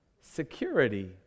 Security